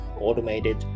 automated